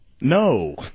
No